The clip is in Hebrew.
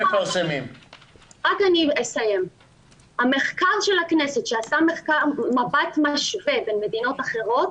המחקר של הכנסת שעשה מבט משווה בין מדינות אחרות,